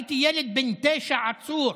ראיתי ילד בן תשע עצור.